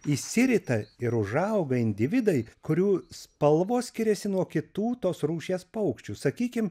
išsirita ir užauga individai kurių spalvos skiriasi nuo kitų tos rūšies paukščių sakykim